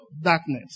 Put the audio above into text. Darkness